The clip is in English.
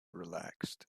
relaxed